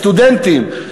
סטודנטים,